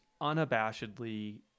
unabashedly